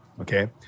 okay